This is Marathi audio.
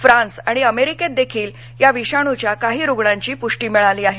फ्रान्स आणि अमेरिकेत देखील या विषाणच्या काही रुग्णांची पृष्टि झाली आहे